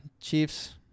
Chiefs